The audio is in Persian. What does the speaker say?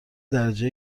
درجه